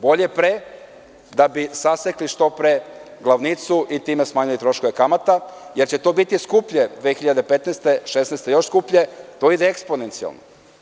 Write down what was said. Bolje pre, da bi sasekli što pre glavnicu i time smanjili troškove kamata, jer će to biti skuplje 2015. godine, 2016. još skuplje, to ide eksponencijalno.